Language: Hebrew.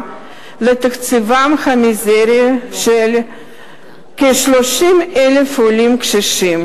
לתקציבם המזערי של כ-30,000 עולים קשישים.